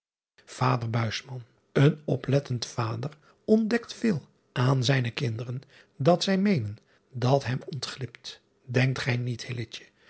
ader en oplettend vader ontdekt veel an zijne kinderen dat zij meenen dat hem ontglipt enkt gij niet